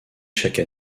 chaque